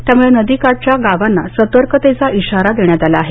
त्यामुळे नदीकाठच्या गावांना सतर्कतेचा इशारा देण्यात आला आहे